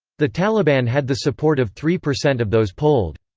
the taliban had the support of three percent of those polled.